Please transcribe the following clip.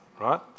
right